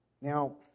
Now